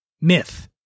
Myth